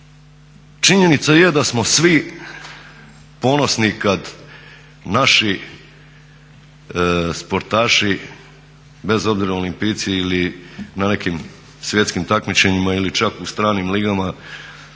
Činjenica je da smo svi ponosni kad naši sportaši bez obzira olimpijci ili na nekim svjetskim natjecanjima ili čak u stranim ligama